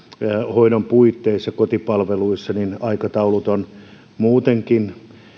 hoidon puitteissa kotipalveluissa aikataulut ovat muutenkin